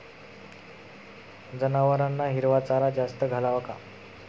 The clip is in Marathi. जनावरांना हिरवा चारा जास्त घालावा का?